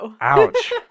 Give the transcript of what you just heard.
Ouch